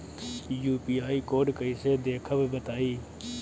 UPI code कैसे देखब बताई?